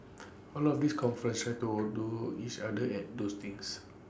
A lot of these conferences try to outdo each other at those things